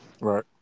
right